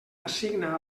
assigna